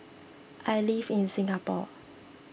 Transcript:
I live in Singapore